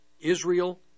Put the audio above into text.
Israel